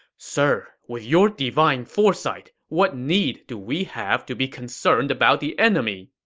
sir, with your divine foresight, what need do we have to be concerned about the enemy?